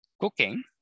cooking